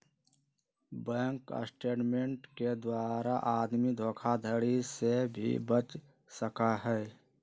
bank statement के द्वारा आदमी धोखाधडी से भी बच सका हई